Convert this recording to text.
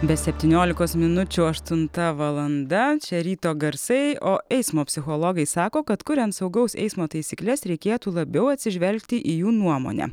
be septyniolikos minučių aštunta valanda čia ryto garsai o eismo psichologai sako kad kuriant saugaus eismo taisykles reikėtų labiau atsižvelgti į jų nuomonę